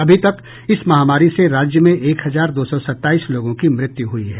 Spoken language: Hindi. अभी तक इस महामारी से राज्य में एक हजार दो सौ सत्ताईस लोगों की मृत्यु हुई है